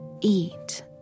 eat